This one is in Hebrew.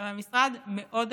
אבל משרד מאוד איכותי.